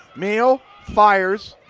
meehl fire,